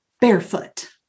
barefoot